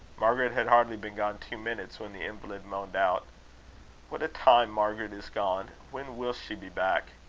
margaret had hardly been gone two minutes, when the invalid moaned out what a time margaret is gone! when will she be back?